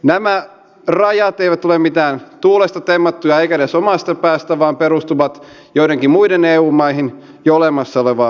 nämä rajat eivät ole mitään tuulesta temmattuja eivätkä edes omasta päästä vaan perustuvat joidenkin muiden eu maiden jo olemassa olevaan käytäntöön